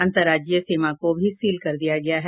अंतर्राज्यीय सीमा को भी सील कर दिया गया है